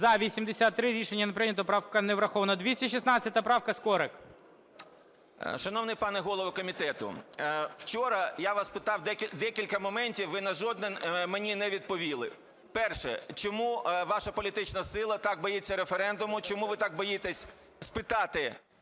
За-83 Рішення не прийнято. Правка не врахована. 216 правка, Скорик. 12:59:47 СКОРИК М.Л. Шановний пане голово комітету, вчора я вас питав декілька моментів, ви на жодне мені не відповіли. Перше. Чому ваша політична сила так боїться референдуму? Чому ви так боїтесь спитати